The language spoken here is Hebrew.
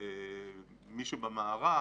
מי שבמערך,